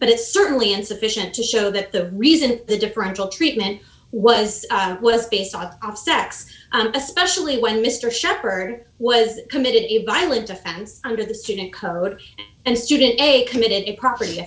but it's certainly insufficient to show that the reason the differential treatment was was based on sex especially when mr sheppard was committed a violent offense under the student code and student a committed it pro